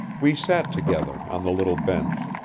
we sat together on the little bench,